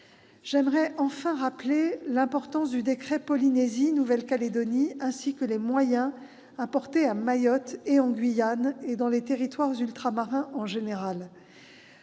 J'aimerais enfin rappeler l'importance de l'ordonnance relative à la Polynésie et à la Nouvelle-Calédonie, ainsi que les moyens apportés à Mayotte, en Guyane et dans les territoires ultramarins en général.